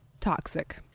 toxic